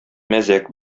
мәзәк